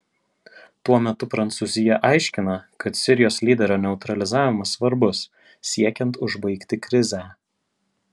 tuo metu prancūzija aiškina kad sirijos lyderio neutralizavimas svarbus siekiant užbaigti krizę